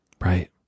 Right